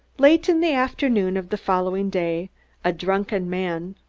late in the afternoon of the following day a drunken man,